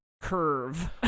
Curve